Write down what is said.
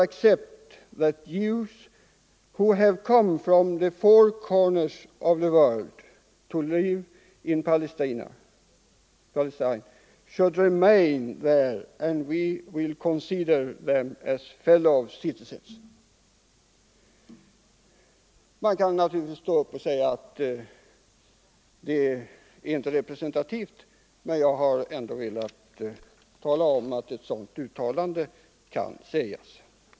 spokesman, reported in L'Orient , 8 June, 1969: —-- More, we are ready to accept that Jews who have come 183 Man kan naturligtvis stå upp och säga att vad jag här citerat inte är representativt, men jag har ändå velat tala om att ett sådant uttalande har gjorts.